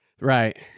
Right